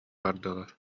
бардылар